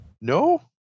No